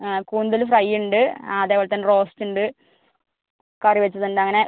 ആ കൂന്തൽ ഫ്രൈ ഉണ്ട് ആ അതേപോലത്തന്നെ റോസ്റ്റ് ഉണ്ട് കറി വെച്ചത് ഉണ്ട് അങ്ങനെ